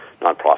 nonprofit